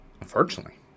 unfortunately